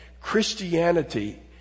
Christianity